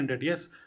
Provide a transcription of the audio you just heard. yes